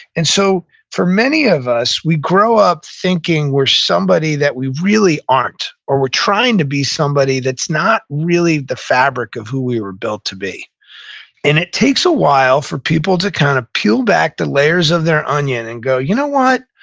and so, for many of us, we grow up thinking we're somebody that we really aren't, or we're trying to be somebody that's not really the fabric of who we were built to be and it takes a while for people to kind of peel back the layers of their onion and go, you know what?